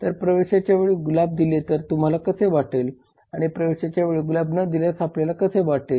तर प्रवेशाच्या वेळी गुलाब दिले तर तुम्हाला कसे वाटेल आणि प्रवेशाच्या वेळी गुलाब न दिल्यास आपल्याला कसे वाटेल